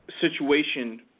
situation